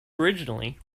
originally